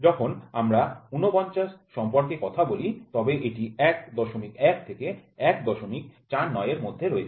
যখন আমরা ৪৯ সম্পর্কে কথা বলি তবে এটি ১১ থেকে ১৪৯ এর মধ্যে রয়েছে